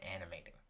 animating